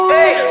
Hey